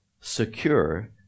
secure